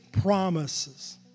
promises